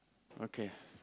okay